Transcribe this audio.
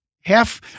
half